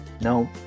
No